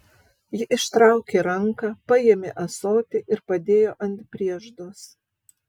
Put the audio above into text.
ji ištraukė ranką paėmė ąsotį ir padėjo ant prieždos